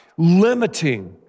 limiting